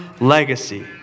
legacy